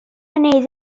anell